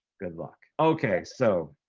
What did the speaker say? good luck! okay, so,